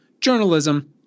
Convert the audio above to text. Journalism